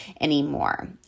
anymore